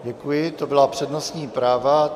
Děkuji, to byla přednostní práva.